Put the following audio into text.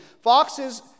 Foxes